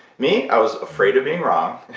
me? i was afraid of being wrong.